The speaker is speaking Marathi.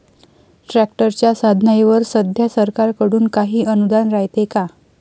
ट्रॅक्टरच्या साधनाईवर सध्या सरकार कडून काही अनुदान रायते का?